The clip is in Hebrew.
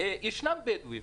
ישנם בדואים,